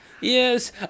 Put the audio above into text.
Yes